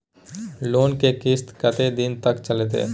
Loan के किस्त कत्ते दिन तक चलते?